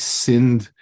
sinned